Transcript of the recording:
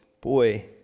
Boy